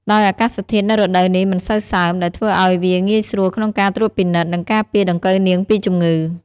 ដោយអាកាសធាតុនៅរដូវនេះមិនសូវសើម ដែលធ្វើឲ្យវាងាយស្រួលក្នុងការត្រួតពិនិត្យ និងការពារដង្កូវនាងពីជំងឺ។